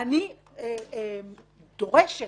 אני דורשת